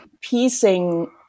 piecing